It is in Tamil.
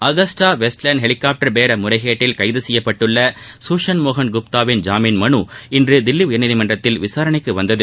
அகஸ்டா வெஸ்ட்லேண்ட் ஹெலிகாப்டர் முறைகேட்டில் கைக செய்யப்பட்டுள்ள குஷென் மோகன் குப்தாவின் ஜாமின் மனு இன்று தில்லி உயர்நீதிமன்றத்தில் விசாரணைக்கு வந்தது